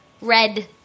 Red